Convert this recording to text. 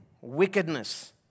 wickedness